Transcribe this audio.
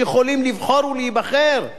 רק כ-500,000 איש מתוכם,